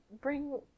bring